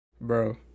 bro